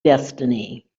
destiny